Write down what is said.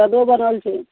सादो बनल छै